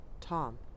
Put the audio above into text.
Tom